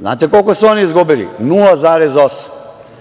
znate koliko su oni izgubili? Oni